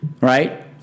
Right